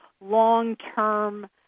long-term